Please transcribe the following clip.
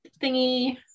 thingy